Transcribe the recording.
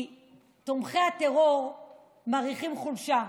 כי תומכי הטרור מעריכים חולשה,